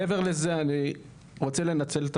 מעבר לזה אני רוצה לנצל את